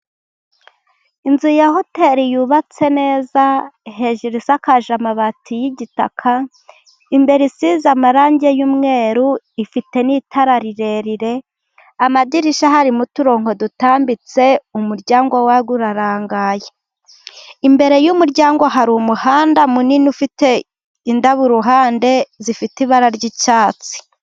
Inzu ya hoteri yubatse neza, hejuru isakaje amabati y'igitaka, imbere isize amarangi y'umweru, ifite n'itara rirerire, amadirishya harimo uturonko dutambitse, umuryango wayo urarangaye. Imbere y'umuryango hari umuhanda munini ufite indabo kuruhande, zifite ibara ry'icyatsi.